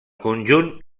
conjunt